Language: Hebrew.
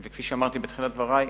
כפי שאמרתי בתחילת דברי,